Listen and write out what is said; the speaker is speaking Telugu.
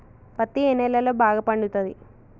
పత్తి ఏ నేలల్లో బాగా పండుతది?